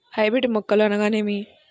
Hybrid మొక్కలు అనగానేమి?